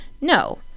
no